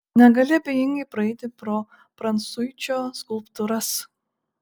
negali abejingai praeiti pro prancuičio skulptūras